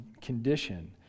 condition